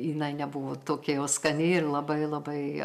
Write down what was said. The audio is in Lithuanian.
jinai nebuvo tokia jau skani ir labai labai